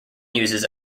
uses